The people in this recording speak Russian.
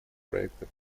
проекта